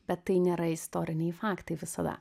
bet tai nėra istoriniai faktai visada